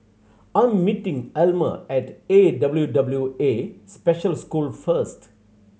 I'm meeting Almer at A W W A Special School first